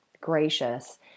gracious